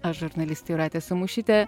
aš žurnalistė jūratė samušytė